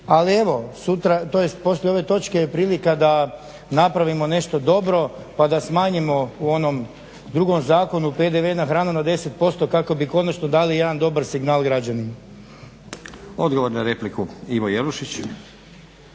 Ali evo, sutra, tj. poslije ove točke je prilika da napravimo nešto dobro pa da smanjimo u onom drugom zakonu PDV na hranu na 10% kako bi konačno dali jedan dobar signal građanima. **Stazić, Nenad (SDP)** Odgovor na repliku, Ivo Jelušić.